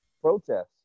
protests